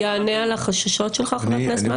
זה יענה לחששות לך, חבר הכנסת מקלב?